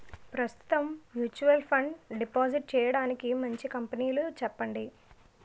ప్రస్తుతం mutual fund deposit చేయడానికి మంచి కంపెనీలు చెప్పండి